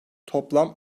toplam